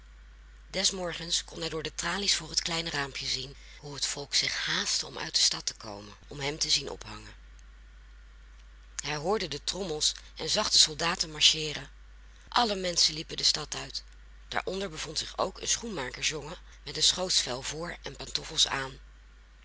des morgens kon hij door de tralies voor het kleine raampje zien hoe het volk zich haastte uit de stad te komen om hem te zien ophangen hij hoorde de trommels en zag de soldaten marcheeren alle menschen liepen de stad uit daaronder bevond zich ook een schoenmakersjongen met een schootsvel voor en pantoffels aan